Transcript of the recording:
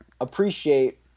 appreciate